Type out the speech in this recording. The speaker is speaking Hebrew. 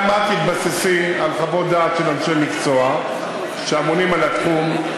גם את תתבססי על חוות דעת של אנשי מקצוע שאמונים על התחום,